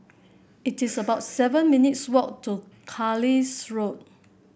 it is about seven minutes walk to Carlisle Road